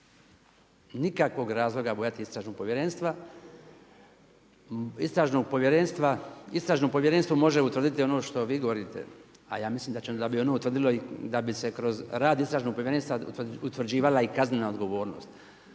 nikakvog razloga bojati istražnog povjerenstvo. Istražno povjerenstvo može utvrditi ono što vi govorite, a ja mislim da bi ono utvrdilo i da bi se kroz rad istražnog povjerenstva utvrđivala i kaznena odgovornost.